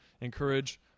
encourage